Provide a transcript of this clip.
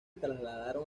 trasladaron